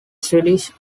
swedish